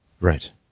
Right